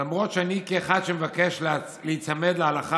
למרות שאני כאחד שמבקש להיצמד להלכה